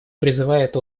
призывает